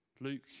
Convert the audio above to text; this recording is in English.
Luke